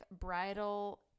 bridal